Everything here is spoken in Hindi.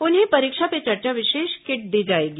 उन्हें परीक्षा पे चर्चा विशेष किट दी जाएगी